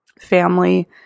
family